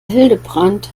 hildebrand